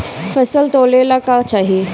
फसल तौले ला का चाही?